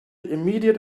immediate